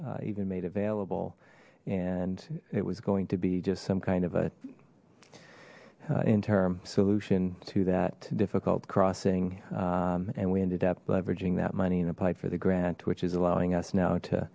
even made available and it was going to be just some kind of a interim solution to that difficult crossing and we ended up leveraging that money and applied for the grant which is allowing us now to